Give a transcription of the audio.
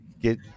get